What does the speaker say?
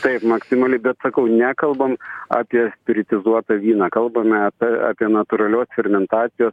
taip maksimali bet sakau nekalbam apie spiritizuotą vyną kalbame apie natūralios fermentacijos